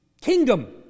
kingdom